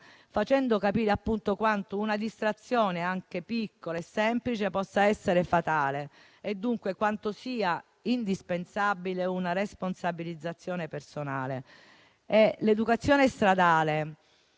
facendo capire quanto una distrazione, anche piccola e semplice, possa essere fatale, e dunque quanto sia indispensabile una responsabilizzazione personale. L'educazione stradale,